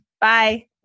Bye